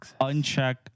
Uncheck